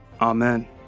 Amen